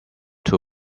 too